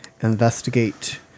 investigate